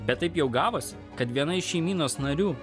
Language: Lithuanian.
bet taip jau gavosi kad viena iš šeimynos narių